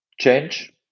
change